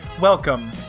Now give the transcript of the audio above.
Welcome